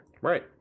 Right